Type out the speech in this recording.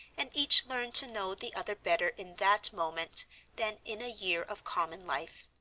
and each learned to know the other better in that moment than in a year of common life.